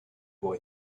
boy